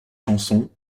chansons